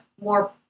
more